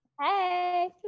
hey